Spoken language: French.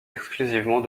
exclusivement